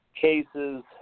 cases